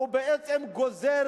גוזרים